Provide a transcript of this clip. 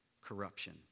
corruption